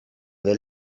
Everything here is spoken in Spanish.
del